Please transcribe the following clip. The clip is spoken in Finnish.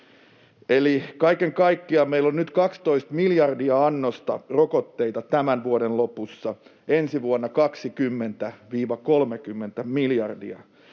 Eli kaiken kaikkiaan meillä on nyt 12 miljardia annosta rokotteita tämän vuoden lopussa, ensi vuonna 20—30 miljardia,